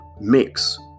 mix